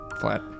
flat